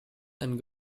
and